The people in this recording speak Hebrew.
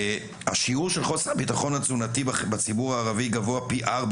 השיעור של החוסר ביטחון התזונתי בציבור הערבי גבוה פי ארבע,